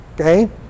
Okay